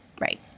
Right